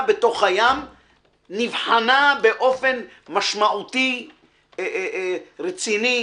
בתוך הים נבחן באופן משמעותי רציני,